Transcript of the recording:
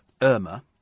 Irma